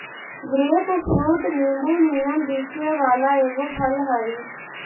grapefruit नींबू नियन दिखे वला एगो फल हई